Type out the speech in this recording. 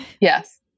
yes